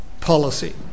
policy